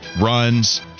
Runs